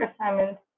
assignments